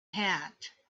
hat